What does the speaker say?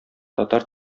татар